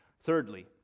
Thirdly